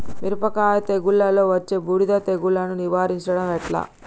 మిరపకాయ తెగుళ్లలో వచ్చే బూడిది తెగుళ్లను నివారించడం ఎట్లా?